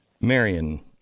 Marion